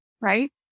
Right